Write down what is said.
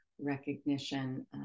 recognition